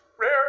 rare